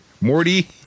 Morty